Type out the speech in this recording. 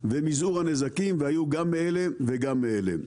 ומזעור הנזקים, והיו גם מאלה וגם מאלה.